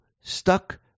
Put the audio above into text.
stuck